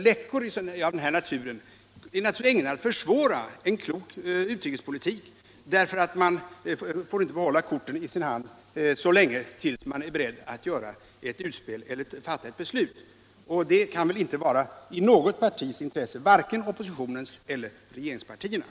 Läckor av den här naturen är naturligtvis ägnade att försvåra en klok utrikespolitik därför att man inte får behålla korten i sin hand tills man är beredd att göra ett utspel eller fatta ett beslut. Det kan väl inte vara i något partis intresse — varken i oppositionens eller regeringspartiernas.